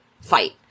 fight